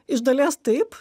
iš dalies taip